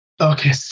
Okay